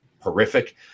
horrific